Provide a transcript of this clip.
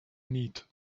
need